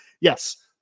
yes